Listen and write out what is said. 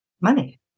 money